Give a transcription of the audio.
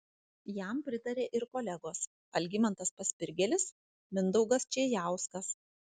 jam pritarė ir kolegos algimantas paspirgėlis mindaugas čėjauskas